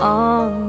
on